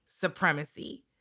supremacy